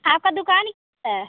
आपका दुकान किधर है